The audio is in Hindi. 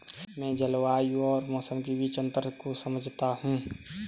मैं जलवायु और मौसम के बीच अंतर को समझता हूं